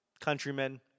countrymen